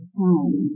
time